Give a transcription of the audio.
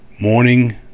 morning